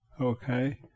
Okay